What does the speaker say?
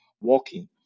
walking